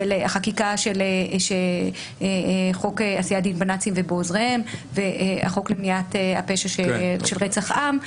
החקיקה של חוק עשיית דין בנאצים ובעוזריהם והחוק למניעת הפשע של רצח עם,